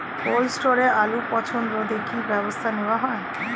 Cold স্টোরে আলুর পচন রোধে কি ব্যবস্থা নেওয়া হয়?